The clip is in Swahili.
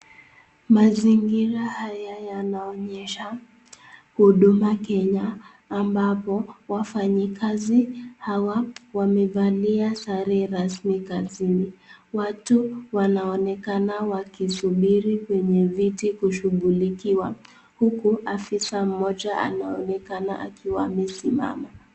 Mazingira haya yanaonyesha Huduma Kenya ambapo wafanyikazi hawa wamevalia sare rasmi kazini. Watu wanaonekana wakisubiri kwenye viti kushughulikiwa uku afisa mmoja anaonekana akiwa amesimama.